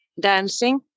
dancing